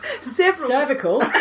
Cervical